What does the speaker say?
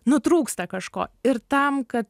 nu trūksta kažko ir tam kad